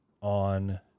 on